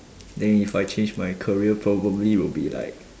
then if I change my career probably will be like